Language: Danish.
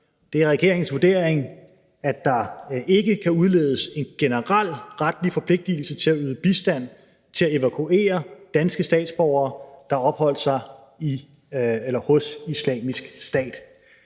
Det er regeringens vurdering, at der ikke kan udledes en generel retlig forpligtigelse til at yde bistand til at evakuere danske statsborgere, der har opholdt sig hos Islamisk Stat,